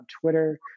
Twitter